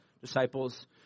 disciples